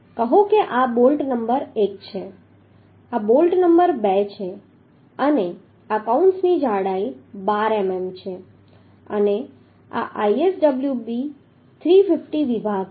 કહો કે આ બોલ્ટ નંબર 1 છે આ બોલ્ટ નંબર 2 છે અને આ કૌંસની જાડાઈ 12 મીમી છે અને આ ISWB 350 વિભાગ છે